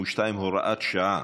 52, הוראת שעה)